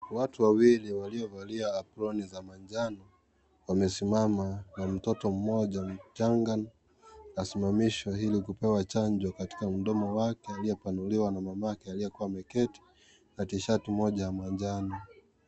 Watu wawili waliovalia aproni za manjano, wamesimama kwa mtoto mmoja mchanga amesimamishwa ili kupewa chanjo katika mdomo wake aliopanuliwa na mamake aliyekua ameketi na tishati moja ya manjano.